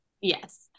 Yes